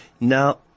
Now